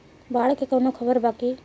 बाढ़ के कवनों खबर बा की?